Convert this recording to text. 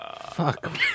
Fuck